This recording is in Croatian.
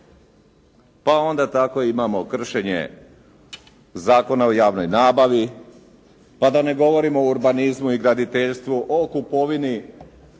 Pa onda tako imamo kršenje Zakona o javnoj nabavi, pa da ne govorim o urbanizmu i graditeljstvu, o kupovini